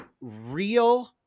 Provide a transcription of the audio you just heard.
real